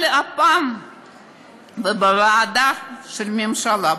אבל הפעם בוועדה של הממשלה,